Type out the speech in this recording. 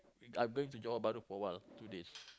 I going to Johor-Bahru for a while two days